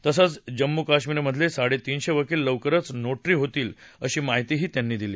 तसंच जम्मू काश्मीरमधले साडेतीनशे वकील लवकरच नोटरी होतील अशी माहितीही त्यांनी दिली